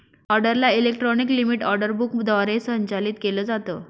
ऑर्डरला electronic limit order book द्वारे संचालित केलं जातं